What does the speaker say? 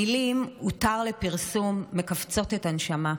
המילים "הותר לפרסום" מכווצות את הנשמה.